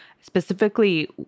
specifically